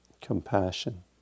compassion